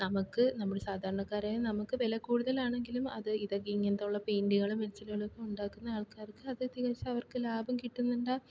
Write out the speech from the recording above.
നമുക്ക് നമ്മൾ സാധാരണക്കാരായ നമുക്ക് വിലക്കൂടുതൽ ആണെങ്കിലും അത് ഇത് ഇങ്ങനത്തെ ഉള്ള പെയിൻറുകളും പിക്ച്ചറുകളും ഒക്കെ ഉണ്ടാക്കുന്ന ആൾക്കാർക്ക് അതൊക്കെ വെച്ച് അവർക്ക് ലാഭം കിട്ടുന്നുണ്ടാവും